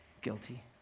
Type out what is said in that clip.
guilty